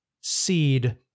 seed